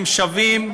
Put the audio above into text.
הם שווים,